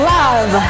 love